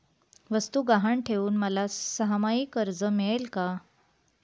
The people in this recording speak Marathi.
वस्तू गहाण ठेवून मला सहामाही कर्ज मिळेल का?